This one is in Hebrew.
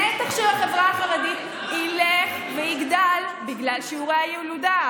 הנתח של החברה החרדית ילך ויגדל בגלל שיעורי הילודה,